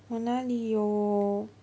我哪里有